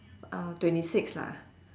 uh twenty six lah